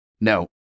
no